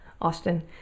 Austin